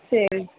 சரி